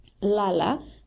Lala